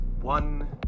One